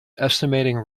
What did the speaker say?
estimating